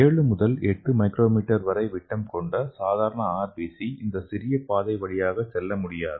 7 முதல் 8 µm விட்டம் கொண்ட சாதாரண ஆர்பிசி இந்த சிறிய பாதை வழியாக செல்ல முடியாது